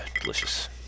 delicious